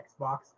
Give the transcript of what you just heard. Xbox